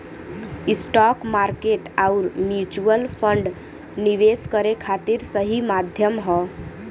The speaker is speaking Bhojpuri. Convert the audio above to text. स्टॉक मार्केट आउर म्यूच्यूअल फण्ड निवेश करे खातिर सही माध्यम हौ